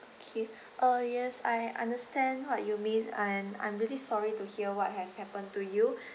okay uh yes I understand what you mean and I'm really sorry to hear what has happened to you